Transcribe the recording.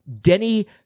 Denny